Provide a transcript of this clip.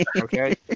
Okay